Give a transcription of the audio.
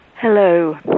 Hello